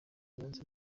nyanza